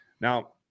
Now